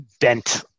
bent